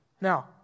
Now